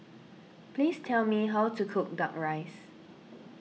please tell me how to cook Duck Rice